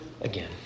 again